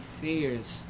fears